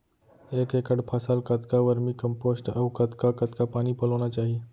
एक एकड़ फसल कतका वर्मीकम्पोस्ट अऊ कतका कतका पानी पलोना चाही?